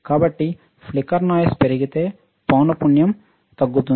కాబట్టి flicker noise పెరిగితే పౌనపుణ్యము తగ్గుతుంది